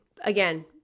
Again